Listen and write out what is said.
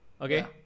okay